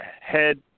head